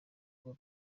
kuba